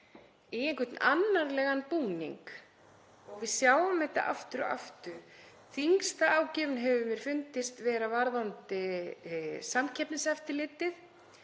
í einhvern annarlegan búning. Við sjáum þetta aftur og aftur. Þyngsta ágjöfin hefur mér fundist vera varðandi samkeppniseftirlitið.